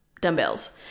dumbbells